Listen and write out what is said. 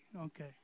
Okay